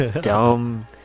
dumb